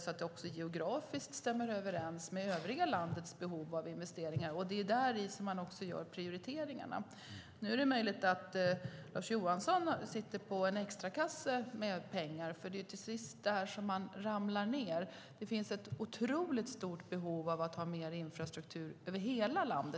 så att det geografiskt stämmer överens med övriga landets behov av investeringar. Där måste man prioritera. Nu är det möjligt att Lars Johansson sitter på en extrakasse med pengar. Det är till sist där man ramlar ned. Det finns ett otroligt stort behov av mer infrastruktur över hela landet.